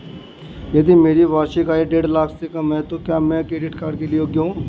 यदि मेरी वार्षिक आय देढ़ लाख से कम है तो क्या मैं क्रेडिट कार्ड के लिए योग्य हूँ?